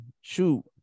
shoot